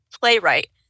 playwright